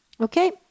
Okay